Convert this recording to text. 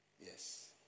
Yes